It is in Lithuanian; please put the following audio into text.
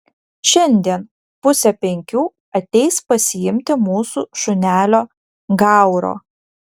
šiandien pusę penkių ateis pasiimti mūsų šunelio gauro